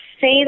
say